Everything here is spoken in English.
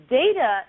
data